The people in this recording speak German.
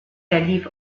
verlief